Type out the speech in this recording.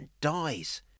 dies